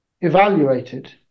evaluated